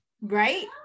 Right